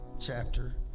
chapter